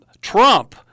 Trump